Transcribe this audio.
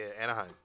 Anaheim